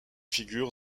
figure